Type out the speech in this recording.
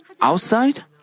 outside